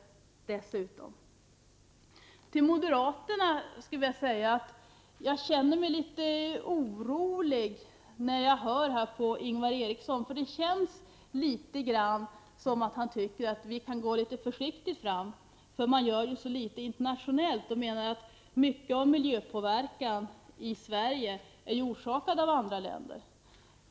Till moderaterna skulle jag vilja säga att jag kände mig litet orolig när jag 85 lyssnade på Ingvar Eriksson. Det föreföll som om han menar att vi kan gå fram litet försiktigt, eftersom man gör så litet internationellt. Han menar att mycket av miljöpåverkan i Sverige är orsakad av andra länder.